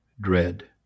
Dread